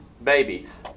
Babies